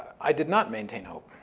i did not maintain hope.